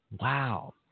Wow